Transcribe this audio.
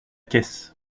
caisse